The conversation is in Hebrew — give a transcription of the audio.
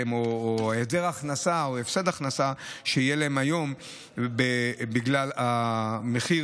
להם או היעדר הכנסה או הפסד הכנסה שיהיו להם בגלל המחיר,